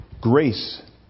grace